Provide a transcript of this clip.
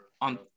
on